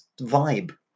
vibe